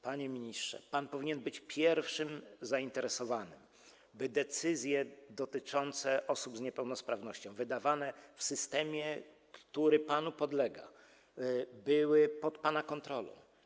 Panie ministrze, pan powinien być pierwszym zainteresowanym, by decyzje dotyczące osób z niepełnosprawnością wydawane w systemie, który panu podlega, były pod pana kontrolą.